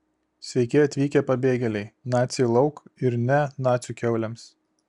sveiki atvykę pabėgėliai naciai lauk ir ne nacių kiaulėms